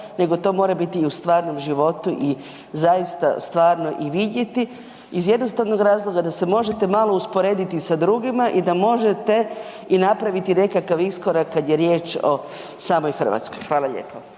nego to mora biti i u stvarnom životu i zaista stvarno i vidjeti iz jednostavnog razloga da se možete malo usporediti sa drugima i da možete napraviti i nekakav iskorak kad je riječ o samoj Hrvatskoj. Hvala lijepo.